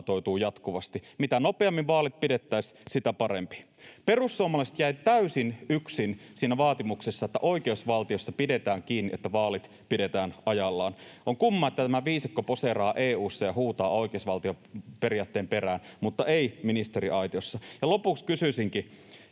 jatkuvasti. Mitä nopeammin vaalit pidettäisiin, sitä parempi. Perussuomalaiset jäi täysin yksin siinä vaatimuksessa, että oikeusvaltiossa pidetään kiinni siitä, että vaalit pidetään ajallaan. On kumma, että tämä viisikko poseeraa EU:ssa ja huutaa oikeusvaltioperiaatteen perään, mutta ei ministeriaitiossa. Lopuksi kysyisinkin: